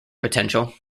potential